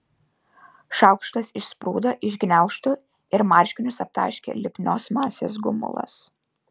šaukštas išsprūdo iš gniaužtų ir marškinius aptaškė lipnios masės gumulas